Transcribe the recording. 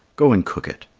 go and cook it.